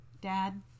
dad